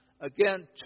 again